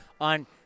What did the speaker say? on